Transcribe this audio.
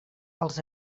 els